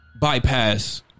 bypass